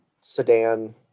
sedan